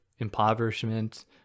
impoverishment